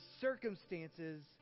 circumstances